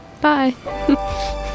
Bye